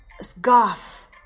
scarf